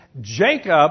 Jacob